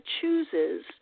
chooses